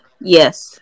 Yes